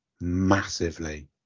massively